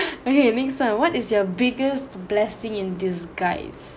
okay next one what is your biggest blessing in disguise